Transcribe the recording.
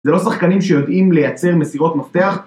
זה לא שחקנים שיודעים לייצר מסירות מפתח.